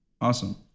Awesome